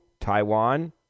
Taiwan